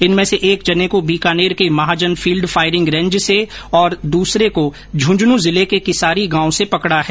इनमें से एक जने को बीकानेर के महाजन फील्ड फायरिंग रेंज से और दूसरे को झुंझुनूं जिले के किसारी गांव से पकडा है